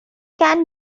can